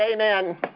Amen